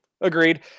Agreed